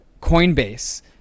Coinbase